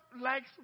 likes